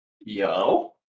yo